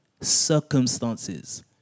circumstances